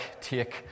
take